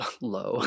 low